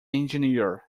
engineer